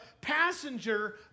passenger